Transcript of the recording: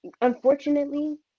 Unfortunately